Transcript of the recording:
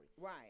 Right